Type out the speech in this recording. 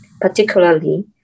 Particularly